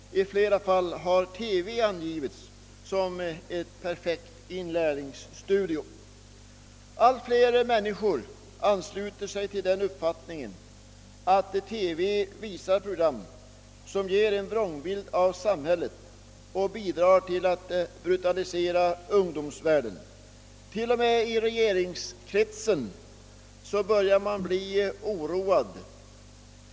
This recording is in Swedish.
I flera fall har TV angivits som en perfekt inlärningsstudie. Allt fler människor ansluter sig till den uppfattningen att TV visar program, som ger en vrångbild av samhället och bidrar till att brutalisera ungdomsvärlden. Till och med i regeringskretsen börjar man bli oroad.